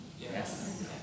Yes